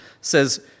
says